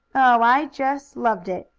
oh, i just loved it,